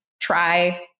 try